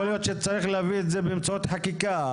יכול להיות שצריך להביא את זה באמצעות חקיקה.